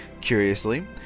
Curiously